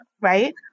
right